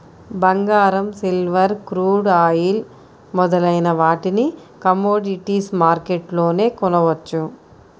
బంగారం, silver, crude oil మొదలైన వాటిని కమోడిటీస్ మార్కెట్లోనే కొనవచ్చు